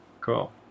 cool